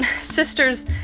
sisters